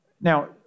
Now